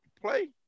play